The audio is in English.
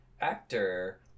actor